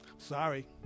Sorry